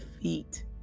feet